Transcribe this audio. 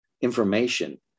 information